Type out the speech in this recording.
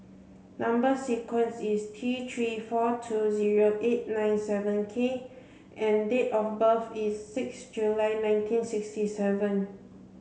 number sequence is T three four two zero eight nine seven K and date of birth is six July nineteen sixty seven